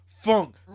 Funk